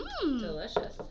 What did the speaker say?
Delicious